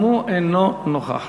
גם הוא אינו נוכח.